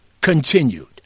Continued